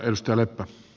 puhemies